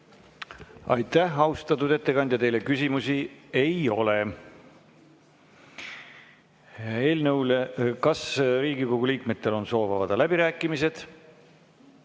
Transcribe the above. Aitäh, austatud ettekandja! Teile küsimusi ei ole. Kas Riigikogu liikmetel on soovi avada läbirääkimised?